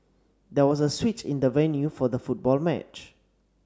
there was a switch in the venue for the football match